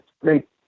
great